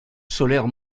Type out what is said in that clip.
solaire